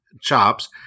chops